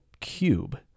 cube